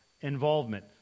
involvement